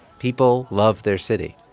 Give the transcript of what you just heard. people love their city.